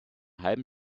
halben